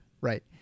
Right